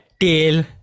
tail